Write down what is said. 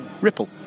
Ripple